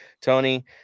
tony